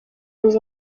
dans